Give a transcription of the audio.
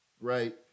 right